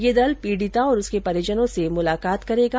यह दल पीड़िता और उसके परिजनों से मुलाकात करेगा